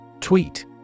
Tweet